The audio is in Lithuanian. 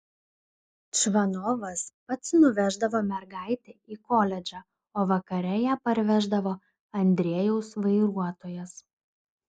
čvanovas pats nuveždavo mergaitę į koledžą o vakare ją parveždavo andrejaus vairuotojas